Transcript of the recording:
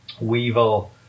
Weevil